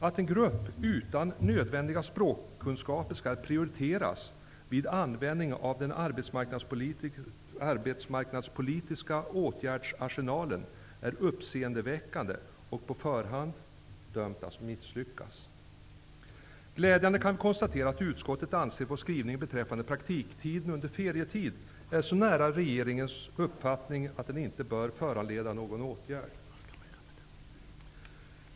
Att en grupp utan nödvändiga språkkunskaper skall prioriteras vid användningen av den arbetsmarknadspolitiska åtgärdsarsenalen är uppseendeväckande och på förhand dömt att misslyckas. Glädjande kan vi konstatera att utskottet anser att vår skrivning beträffande praktiktiden under ferietid är så nära regeringens uppfattning att den inte bör föranleda någon åtgärd.